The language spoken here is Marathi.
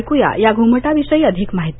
ऐक्या या घुमटाविषयी अधिक माहिती